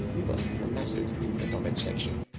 leave us a message in the comment section.